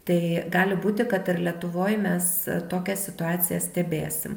tai gali būti kad ir lietuvoj mes tokią situaciją stebėsim